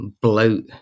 bloat